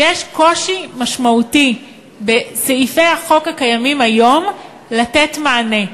שיש קושי משמעותי בסעיפי החוק הקיימים היום לתת מענה.